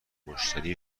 مشتری